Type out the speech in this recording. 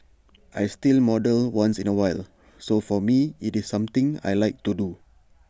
I still model once in A while so for me IT is something I Like to do